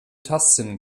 tastsinn